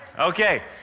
Okay